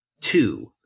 Two